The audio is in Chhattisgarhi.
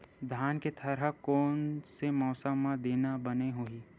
धान के थरहा कोन से मौसम म देना बने होही?